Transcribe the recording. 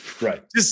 right